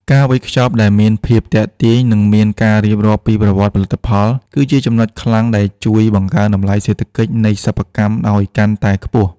ការវេចខ្ចប់ដែលមានភាពទាក់ទាញ និងមានការរៀបរាប់ពីប្រវត្តិផលិតផល គឺជាចំណុចខ្លាំងដែលជួយបង្កើនតម្លៃសេដ្ឋកិច្ចនៃសិប្បកម្មឱ្យកាន់តែខ្ពស់។